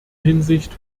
hinsicht